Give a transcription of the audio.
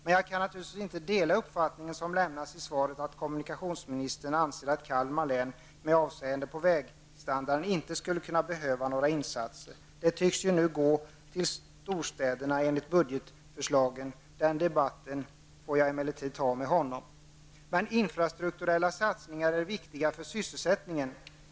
Men jag kan naturligtvis inte dela den uppfattning som lämnas i svaret, nämligen att kommunikationsministern anser att Kalmar län, med avseende på vägstandarden, inte skulle behöva några insatser. Dessa insatser tycks nu, enligt budgetförslagen, gå till storstäderna, den debatten får jag emellertid ta med kommunikationsministern. Infrastrukturella satsningar är viktiga för sysselsättningen.